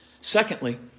Secondly